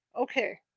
Okay